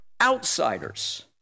outsiders